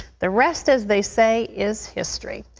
the rest as they say is history.